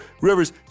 Rivers